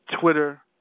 Twitter